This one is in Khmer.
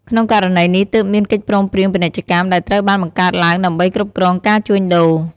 ក្នុងករណីនេះ ទើបមានកិច្ចព្រមព្រៀងពាណិជ្ជកម្ម ដែលត្រូវបានបង្កើតឡើងដើម្បីគ្រប់គ្រងការជួញដូរ។